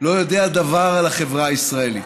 לא יודע דבר על החברה הישראלית.